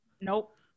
Nope